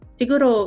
siguro